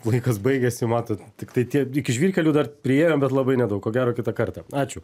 laikas baigiasi matot tiktai tiek iki žvyrkelių dar priėjom bet labai nedaug ko gero kitą kartą ačiū